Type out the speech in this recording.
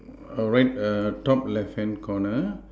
a red top left hand corner